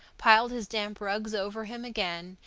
piled his damp rugs over him again,